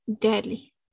deadly